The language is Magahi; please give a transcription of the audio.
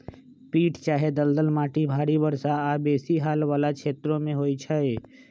पीट चाहे दलदल माटि भारी वर्षा आऽ बेशी हाल वला क्षेत्रों में होइ छै